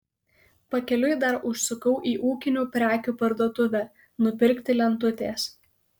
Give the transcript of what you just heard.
pakeliui dar užsukau į ūkinių prekių parduotuvę nupirkti lentutės